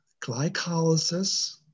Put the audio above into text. glycolysis